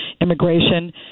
immigration